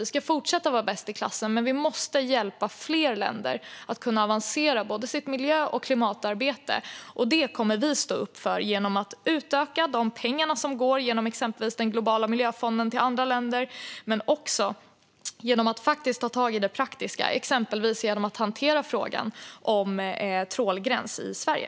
Vi ska fortsätta att vara bäst i klassen, men vi måste hjälpa fler länder att avancera i sitt miljö och klimatarbete. Det kommer vi att stå upp för genom att utöka de pengar som går genom exempelvis den globala miljöfonden till andra länder men också genom att faktiskt ta tag i det praktiska, exempelvis genom att hantera frågan om trålgräns i Sverige.